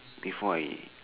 before I